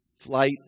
flight